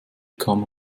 kamen